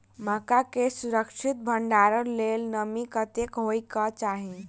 मक्का केँ सुरक्षित भण्डारण लेल नमी कतेक होइ कऽ चाहि?